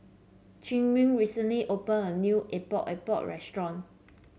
Chimere recently open a new Epok Epok restaurant